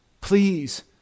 Please